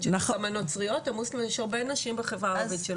יש הרבה נשים בחברה הערבית.